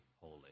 Holy